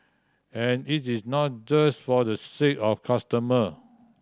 and it is not just for the sake of costumer